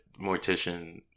mortician